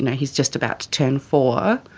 yeah he's just about to turn four,